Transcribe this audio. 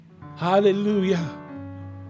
hallelujah